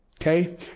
Okay